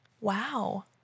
Wow